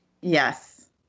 Yes